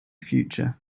future